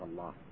Allah